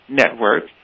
network